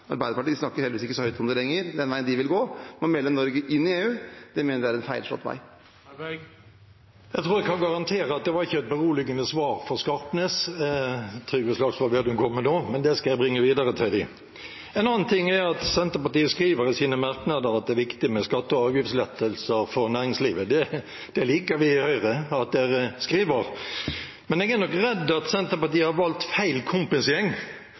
Arbeiderpartiet snakker heldigvis ikke så høyt om det lenger – vil gå ved å melde Norge inn i EU, er en feilslått vei. Jeg tror jeg kan garantere at det ikke var et beroligende svar for Skarpnes som Trygve Slagsvold Vedum kom med nå, men det skal jeg bringe videre til dem. En annen ting er at Senterpartiet skriver i sine merknader at det er viktig med skatte- og avgiftslettelser for næringslivet. Det liker vi i Høyre at de skriver. Men jeg er nok redd for at Senterpartiet har valgt feil